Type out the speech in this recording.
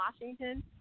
Washington